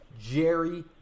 Jerry